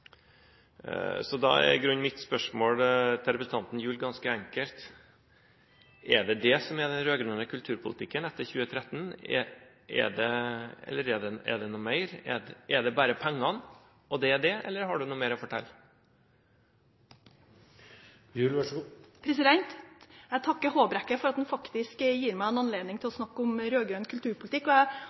Så da er i grunnen mitt spørsmål til representanten Gjul ganske enkelt: Er det det som er den rød-grønne kulturpolitikken etter 2013, eller er det noe mer? Er det bare pengene, og det er det, eller har du noe mer å fortelle? Jeg takker Håbrekke for at han faktisk gir meg en anledning til å snakke om rød-grønn kulturpolitikk.